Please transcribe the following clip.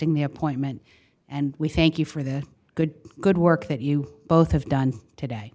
accepting the appointment and we thank you for the good good work that you both have done today